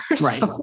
Right